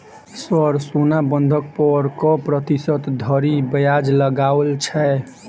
Sir सोना बंधक पर कऽ प्रतिशत धरि ब्याज लगाओल छैय?